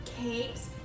cakes